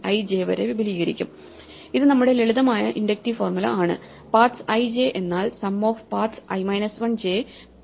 i j വരെ വിപുലീകരിക്കും ഇത് നമ്മുടെ ലളിതമായ ഇൻഡക്റ്റീവ് ഫോർമുല ആണ് paths ij എന്നാൽ sum of paths i 1j paths IJ 1 ആണ്